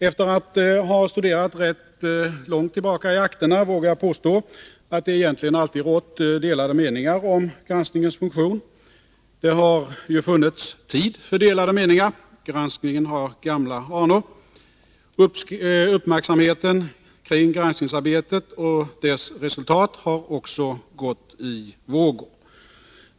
Efter att ha studerat rätt långt tillbaka i akterna vågar jag påstå att det egentligen alltid rått delade meningar om granskningens funktion. Och det har ju funnits tid för delade meningar — granskningen har gamla anor. Uppmärksamheten kring granskningsarbetet och dess resultat har också gått i vågor.